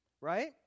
right